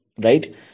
Right